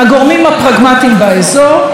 הגורמים הפרגמטיים באזור,